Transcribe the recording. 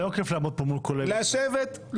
אני מזמין אותך לפתוח את הצעת החוק אתה משפטן מוכשר,